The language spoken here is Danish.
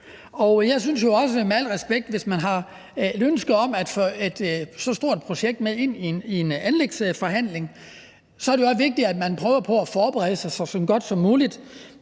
Jeg synes jo – med al respekt – at hvis man har et ønske om at få så stort et projekt med ind i en anlægsforhandling, er det også vigtigt, at man prøver på at forberede sig så godt som muligt.